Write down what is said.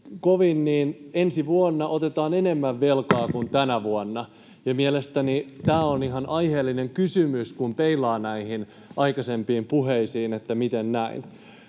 niin ensi vuonna otetaan enemmän velkaa kuin tänä vuonna. Ja mielestäni tämä on ihan aiheellinen kysymys, kun peilaa näihin aikaisempiin puheisiin, miten näin.